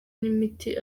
n’imiti